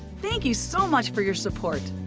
thank you so much for your support!